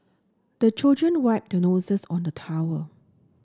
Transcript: the children wipe their noses on the towel